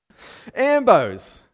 Ambos